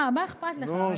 מה אכפת לך?